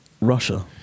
Russia